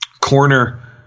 corner